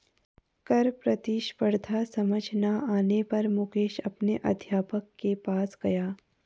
कर प्रतिस्पर्धा समझ ना आने पर मुकेश अपने अध्यापक के पास गया